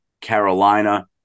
Carolina